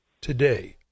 today